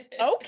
okay